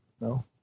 No